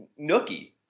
Nookie